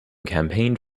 campaigned